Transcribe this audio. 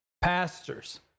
pastors